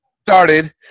started